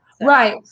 Right